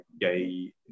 gay